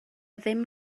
ddim